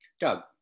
Doug